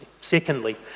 Secondly